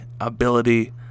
ability